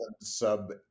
sub